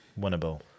Winnable